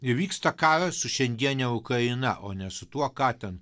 ir vyksta karas su šiandiene ukraina o ne su tuo ką ten